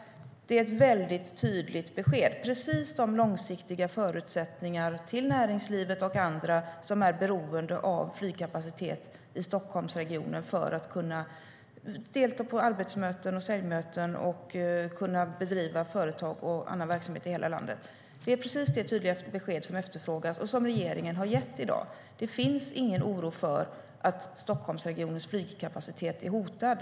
Det är ett väldigt tydligt besked om precis de långsiktiga förutsättningarna för näringslivet och andra som är beroende av flygkapacitet i Stockholmsregionen att delta på arbetsmöten och säljmöten och kunna bedriva företag och andra verksamheter i hela landet. Det är precis det tydliga besked som efterfrågas och som regeringen har gett i dag. Det finns ingen oro för att Stockholmsregionens flygkapacitet är hotad.